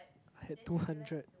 I had two hundred